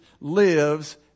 lives